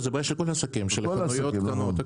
זאת בעיה של כל העסקים ושל חנויות קטנות.